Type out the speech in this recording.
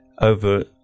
over